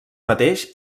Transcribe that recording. mateix